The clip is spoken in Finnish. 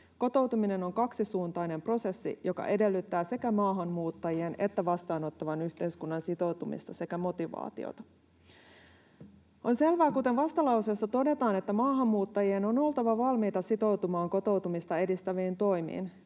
Kotoutuminen on kaksisuuntainen prosessi, joka edellyttää sekä maahanmuuttajien että vastaanottavan yhteiskunnan sitoutumista sekä motivaatiota. On selvää, kuten vastalauseessa todetaan, että maahanmuuttajien on oltava valmiita sitoutumaan kotoutumista edistäviin toimiin.